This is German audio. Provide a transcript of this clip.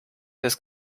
des